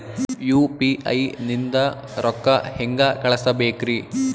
UPI ನಿಂದ ರೊಕ್ಕ ಹೆಂಗ ಕಳಸಬೇಕ್ರಿ?